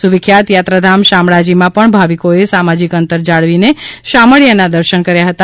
સુવિખ્યાત યાત્રાધામ શામળાજીમાં પણ ભાવિકોએ સામાજિક અંતર જાળવીને શામવિયાના દર્શન કર્યા હતા